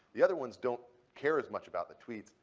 the other ones don't care as much about the tweets,